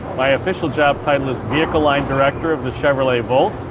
my official job title is vehicle line director of the chevrolet volt,